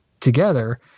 together